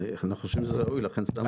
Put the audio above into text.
אנחנו חושבים שזה ראוי, לכן שמנו את זה.